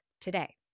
today